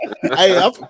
hey